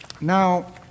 Now